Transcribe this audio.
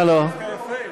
אתה לא מקריא מהתנ"ך, נכון?